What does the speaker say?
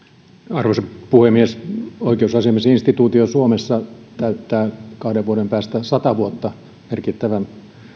arvoisa puhemies oikeusasiamiesinstituutio suomessa täyttää kahden vuoden päästä sata vuotta merkittävä